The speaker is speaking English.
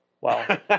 Wow